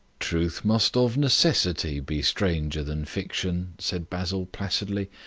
truth must of necessity be stranger than fiction, said basil placidly.